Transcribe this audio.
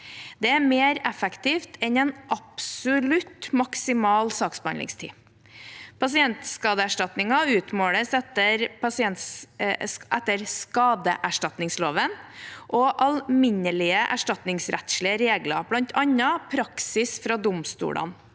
Det er mer effektivt enn en absolutt maksimal saksbehandlingstid. Pasientskadeerstatninger utmåles etter skadeserstatningsloven og alminnelige erstatningsrettslige regler, bl.a. praksis fra domstolene.